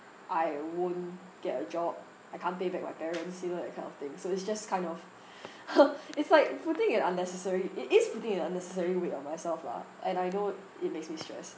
I won't get a job I can't pay back my parents you know that kind of thing so it's just kind of it's like putting an unnecessary it is putting an unnecessary weight on myself lah and I know it makes me stress